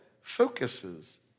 focuses